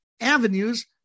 avenues